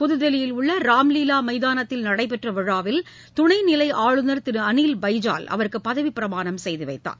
புதுதில்லியில் உள்ள ராம்லீலா மைதானத்தில் நடைபெற்ற விழாவில் துணை நிலை ஆளுநர் திரு அனில் பைஜால் அவருக்கு பதவிப்பிரமாணம் செய்து வைத்தார்